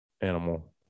animal